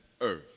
earth